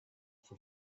for